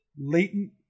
latent